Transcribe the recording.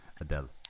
Adele